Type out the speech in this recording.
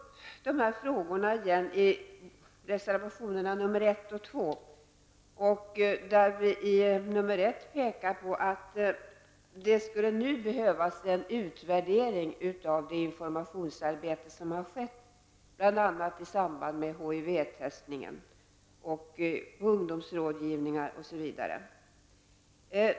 Dessa frågor tas upp i reservationerna 1 och 2. I reservation 1 pekar vi på att det nu skulle behövas en utvärdering av det informationsarbete som har skett, bl.a. i samband med HIV-testning, på ungdomsrådgivningar, osv.